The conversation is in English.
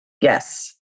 yes